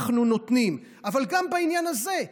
אבל גם בעניין הזה,